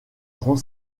grand